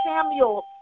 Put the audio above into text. Samuel